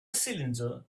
cylinder